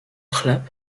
chleb